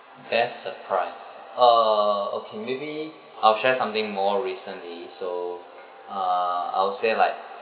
best surprise uh okay maybe I'll share something more recently so uh I'll say like